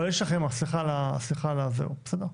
אבל יש לכם, סליחה על הזה, בסדר?